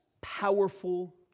powerful